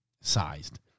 sized